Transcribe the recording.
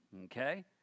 okay